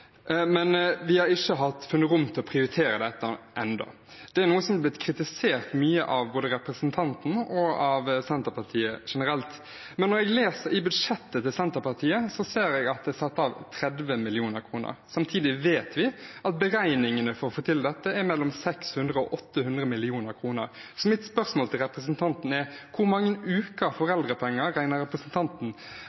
men vi har ikke funnet rom til å prioritere dette ennå. Det er noe som har blitt kritisert mye av både representanten og Senterpartiet generelt, men når jeg leser i budsjettet til Senterpartiet, ser jeg at det er satt av 30 mill. kr. Samtidig vet vi at det å få til dette er beregnet til 600 mill. kr–800 mill. kr. Mitt spørsmål til representanten er: Hvor mange uker med foreldrepenger regner representanten at man skal klare å ta ut for